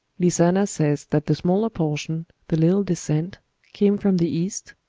lizana says that the smaller portion, the little descent came from the east,